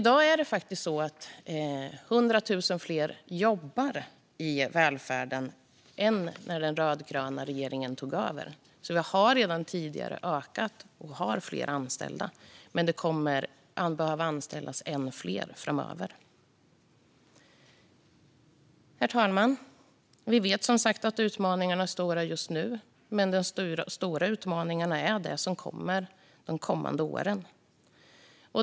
Det är faktiskt så att det i dag är 100 000 fler som jobbar inom välfärden än när den rödgröna regeringen tog över. Vi har alltså redan ökat detta och har fler anställda, men det kommer att behöva anställas ännu fler framöver. Herr talman! Vi vet som sagt att utmaningarna är stora just nu, men de största utmaningarna är de som kommer under de kommande åren.